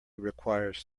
requires